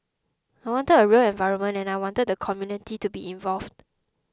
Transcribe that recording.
I wanted a real environment and I wanted the community to be involved